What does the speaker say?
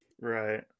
Right